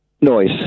noise